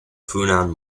funan